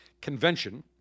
convention